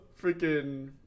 freaking